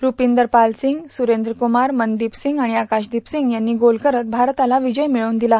रूपीदर पाल सिंग सुरेंद्र कुमार मनदीप सिंग आणि आकाशविप सिंग यांनी गोल करत भारताला विजय मिळवून दिला